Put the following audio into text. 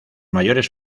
mayores